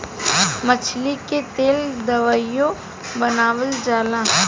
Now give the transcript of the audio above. मछली के तेल दवाइयों बनावल जाला